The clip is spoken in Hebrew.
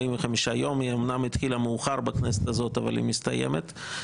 היא אומנם התחילה מאוחר בכנסת הזאת אבל היא מסתיימת,